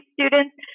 students